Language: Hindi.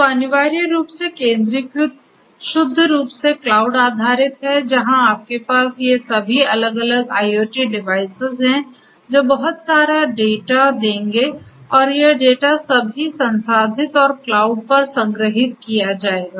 तो अनिवार्य रूप से केंद्रीकृत शुद्ध रूप से क्लाउड आधारित है जहां आपके पास ये सभी अलग अलग IIoT डिवाइस हैं जो बहुत सारे डेटा देंगे और यह डेटा सभी संसाधित और क्लाउड पर संग्रहीत किया जाएगा